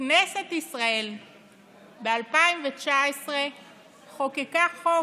כנסת ישראל ב-2019 חוקקה חוק